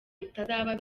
bitazaba